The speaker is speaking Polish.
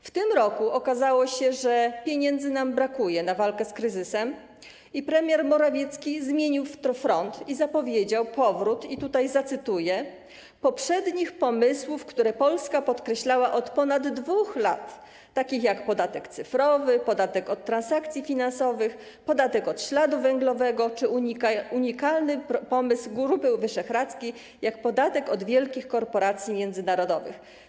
W tym roku okazało się, że brakuje nam pieniędzy na walkę z kryzysem, i premier Morawiecki zmienił front i zapowiedział powrót, i tutaj zacytuję, poprzednich pomysłów, które Polska podkreślała od ponad 2 lat, takich jak podatek cyfrowy, podatek od transakcji finansowych, podatek od śladu węglowego czy unikalny pomysł Grupy Wyszehradzkiej, jak podatek od wielkich korporacji międzynarodowych.